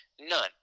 None